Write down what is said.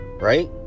Right